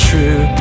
True